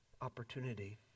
opportunity